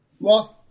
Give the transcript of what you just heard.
Lost